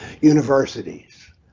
universities